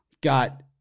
Got